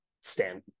stand